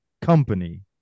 company